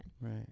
Right